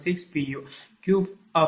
004 p